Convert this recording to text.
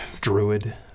druid